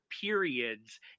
periods